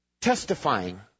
testifying